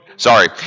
Sorry